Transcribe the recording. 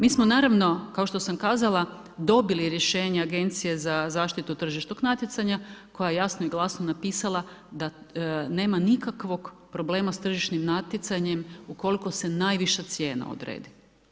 Mi smo naravno kao što sam kazala dobili rješenja Agencije za zaštitu tržišnog natjecanja koja je jasno i glasno napisala da nema nikakvog problema sa tržišnim natjecanjem ukoliko se najviša cijena odredi.